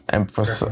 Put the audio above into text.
Emphasis